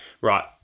right